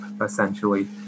essentially